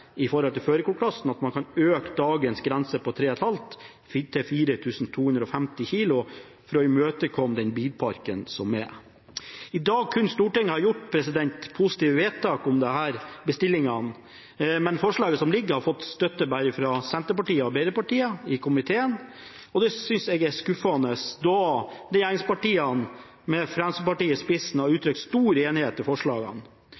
til førerkortklassen – at man øker dagens grense på 3,5 tonn inntil 4,25 tonn for å imøtekomme den bilparken som finnes. I dag kunne Stortinget ha gjort positive vedtak om disse bestillingene, men forslagene som foreligger, har bare fått støtte fra Senterpartiet og Arbeiderpartiet i komiteen. Det synes jeg er skuffende, da regjeringspartiene med Fremskrittspartiet i spissen har uttrykt stor enighet til forslagene.